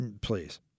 Please